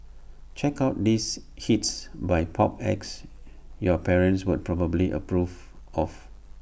check out these hits by pop acts your parents would probably approve of